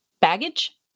baggage